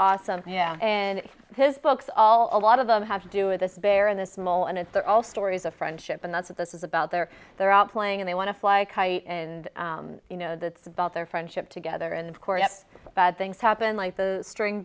awesome yeah and his books all a lot of them have to do with this bear and this mole and it's they're all stories of friendship and that's what this is about they're they're out playing and they want to fly a kite and you know that's about their friendship together and of course yes bad things happen like the string